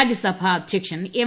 രാജ്യസഭാ അധ്യക്ഷൻ എം